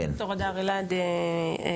וד"ר הדר אלעד יתייחס.